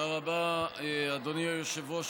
תודה רבה, אדוני היושב-ראש.